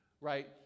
right